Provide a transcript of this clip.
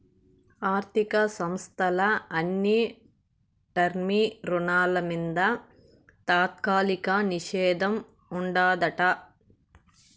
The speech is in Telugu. ఆర్థిక సంస్థల అన్ని టర్మ్ రుణాల మింద తాత్కాలిక నిషేధం ఉండాదట